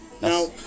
Now